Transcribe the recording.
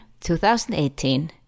2018